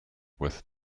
with